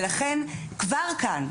ולכן כבר כאן,